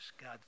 God